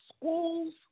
schools